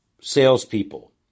salespeople